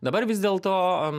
dabar vis dėlto